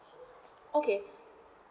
okay